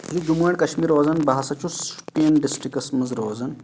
یہِ جموں ایڈ کَشمیٖر روزان بہٕ ہسا چھُس شُپین ڈسٹرکَس منٛز روزان